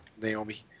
Naomi